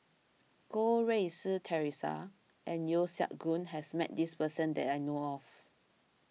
Goh Rui Si theresa and Yeo Siak Goon has met this person that I know of